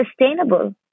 sustainable